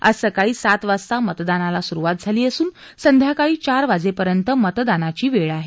आज सकाळी सात वाजता मतदानाला सुरुवात झाली असून संध्याकाळी चार वाजेपर्यंत मतदानाची वेळ आहे